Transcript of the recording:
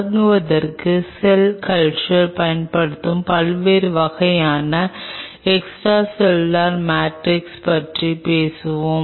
தொடங்குவதற்கு cell culture பயன்படுத்தப்படும் பல்வேறு வகையான எக்ஸ்ட்ராசெல்லுலர் மேட்ரிக்ஸ் பற்றி பேசுவோம்